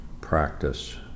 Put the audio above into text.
practice